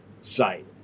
site